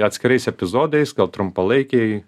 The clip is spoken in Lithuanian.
atskirais epizodais gal trumpalaikėj